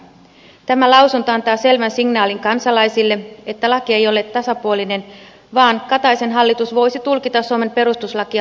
tämä lausunto antaa selvän signaalin kansalaisille että laki ei ole tasapuolinen vaan kataisen hallitus voisi tulkita suomen perustuslakia mielensä mukaan